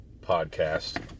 Podcast